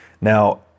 Now